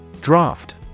Draft